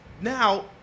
now